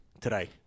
today